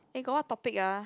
eh got what topic ah